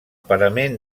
parament